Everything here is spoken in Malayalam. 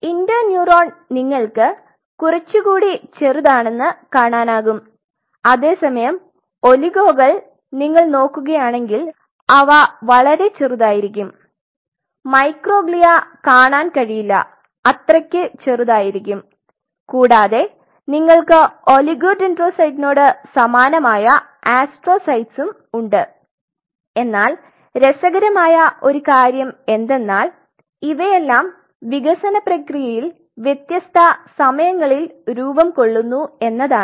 ഇന്റേൺയുറോൺ നിങ്ങൾക്ക് കുറച്ചുകൂടി ചെറുതാണെന്ന് കാണാനാകും അതേസമയം ഒളിഗോകൾ നിങ്ങൾ നോക്കുകയാണെങ്കിൽ അവ വളരെ ചെറുതായിരിക്കും മൈക്രോഗ്ലിയ കാണാൻ കഴിയില്ല അത്രക്ക് ചെറുതായിരിക്കും കൂടാതെ നിങ്ങൾക്ക് ഒളിഗോഡെൻഡ്രോസൈറ്റിനോട് സമാനമായ ആസ്ട്രോസൈറ്റ്സ് ഉണ്ട് എന്നാൽ രസകരമായ ഒരു കാര്യം എന്തെന്നാൽ ഇവയെല്ലാം വികസന പ്രക്രിയയിൽ വ്യത്യസ്ത സമയങ്ങളിൽ രൂപം കൊള്ളുന്നു എന്നാണ്